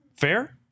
Fair